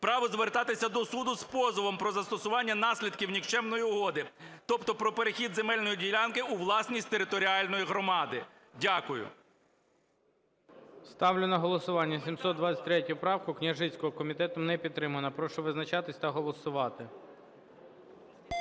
право звертатися до суду з позовом про застосування наслідків нікчемної угоди, тобто про перехід земельної ділянки у власність територіальної громади. Дякую. ГОЛОВУЮЧИЙ. Ставлю на голосування 723 правку Княжицького. Комітетом не підтримана. Прошу визначатись та голосувати.